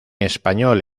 español